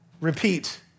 Repeat